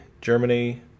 Germany